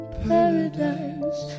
paradise